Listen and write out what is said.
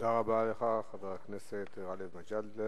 תודה רבה לך, חבר הכנסת גאלב מג'אדלה.